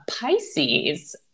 Pisces